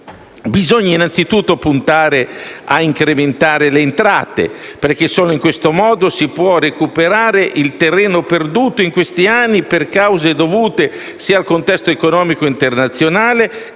Bisogna, innanzitutto, puntare a incrementare le entrate, perché solo in questo modo si potrà recuperare il terreno perduto in questi anni per cause dovute sia al contesto economico internazionale